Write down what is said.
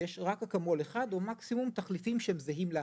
יש רק אקמול אחד או מקסימום תחליפים שהם זהים לאקמול.